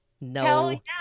no